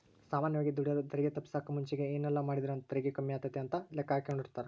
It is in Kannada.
ಸಾಮಾನ್ಯವಾಗಿ ದುಡೆರು ತೆರಿಗೆ ತಪ್ಪಿಸಕ ಮುಂಚೆಗೆ ಏನೆಲ್ಲಾಮಾಡಿದ್ರ ತೆರಿಗೆ ಕಮ್ಮಿಯಾತತೆ ಅಂತ ಲೆಕ್ಕಾಹಾಕೆಂಡಿರ್ತಾರ